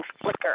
flicker